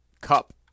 Cup